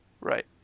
Right